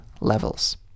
levels